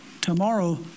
tomorrow